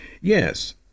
yes